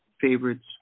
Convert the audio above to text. favorites